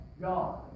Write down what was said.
God